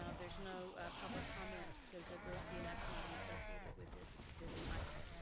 um there's no public comment cause there won't be an action item associated with this this item.